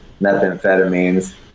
methamphetamines